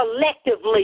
collectively